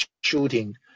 shooting